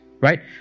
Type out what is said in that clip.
right